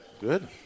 Good